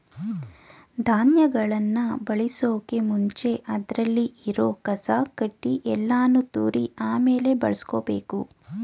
ಧಾನ್ಯಗಳನ್ ಬಳಸೋಕು ಮುಂಚೆ ಅದ್ರಲ್ಲಿ ಇರೋ ಕಸ ಕಡ್ಡಿ ಯಲ್ಲಾನು ತೂರಿ ಆಮೇಲೆ ಬಳುಸ್ಕೊಬೇಕು